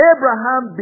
Abraham